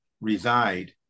reside